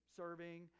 serving